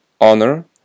honor